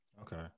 Okay